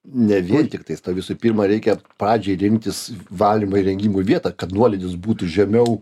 ne vien tiktais tau visų pirma reikia pradžiai rinktis valymo įrengimų vietą kad nuolydis būtų žemiau